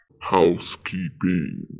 Housekeeping